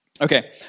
Okay